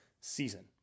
season